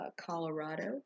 Colorado